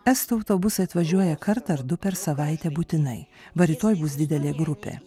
estų autobusai atvažiuoja kartą ar du per savaitę būtinai va rytoj bus didelė grupė